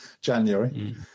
January